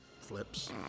flips